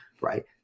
Right